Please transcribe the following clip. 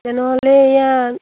তেনেহ'লে ইয়াত